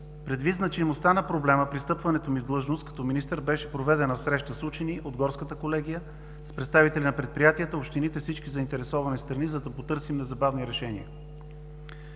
Предвид значимостта на проблема при встъпването ми в длъжност като министър беше проведена среща с учени от горската колегия, с представители на предприятията, общините, всички заинтересовани страни, за да потърсим незабавни решения.